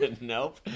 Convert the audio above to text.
Nope